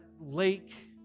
lake